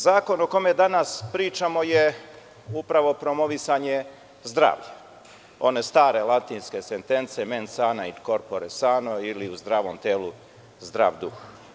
Zakon o kome danas pričamo je upravo promovisanje zdravlja, one stare latinske sentence Mens sana in corpore sano ili U zdravom telu zdrav duh.